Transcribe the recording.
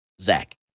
Zach